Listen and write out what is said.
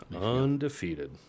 Undefeated